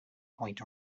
point